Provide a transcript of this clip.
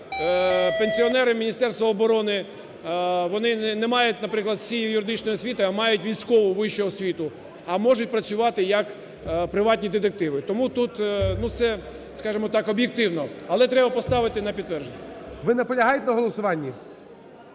пенсіонери Міністерства оборони, вони не мають, наприклад, всі юридичної освіти, а мають військову вищу освіту, а можуть працювати як приватні детективи. Тому тут… Ну, це, скажемо так, об'єктивно. Але треба поставити на підтвердження. ГОЛОВУЮЧИЙ. Ви наполягаєте на голосуванні?